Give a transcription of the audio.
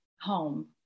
home